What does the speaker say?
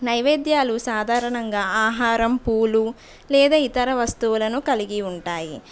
నైవేద్యాలు సాధారణంగా ఆహారం పూలు లేదా ఇతర వస్తువులను కలిగి ఉంటాయి